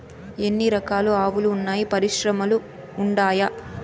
ఎన్ని రకాలు ఆవులు వున్నాయి పరిశ్రమలు ఉండాయా?